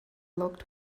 looked